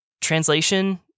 Translation